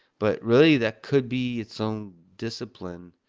but really, that could be some discipline.